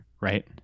right